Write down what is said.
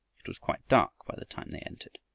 it was quite dark by the time they entered.